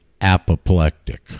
apoplectic